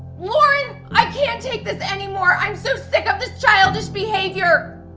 lauren, i can't take this anymore. i'm so sick of this childish behavior.